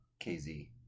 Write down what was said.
KZ